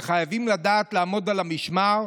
וחייבים לדעת לעמוד על המשמר,